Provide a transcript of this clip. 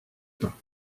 pas